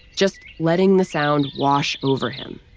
just letting the sound wash over him.